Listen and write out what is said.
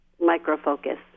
micro-focus